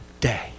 day